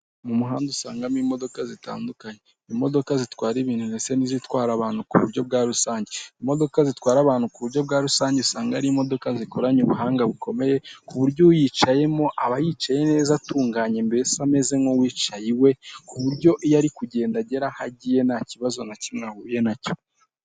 Mu muhanda usangamo imodoka zitandukanye. Imodoka zitwara ibintu ndetse n'izitwara abantu ku buryo bwa rusange. Imodoka zitwara abantu ku buryo bwa rusange usanga ari imodoka zikoranye ubuhanga bukomeye, ku buryo uyicayemo aba yicaye neza atunganye mbese ameze nk'uwicaye iwe, ku buryo iyo ari kugenda agera aho agiye nta kibazo na kimwe ahuye nacyo.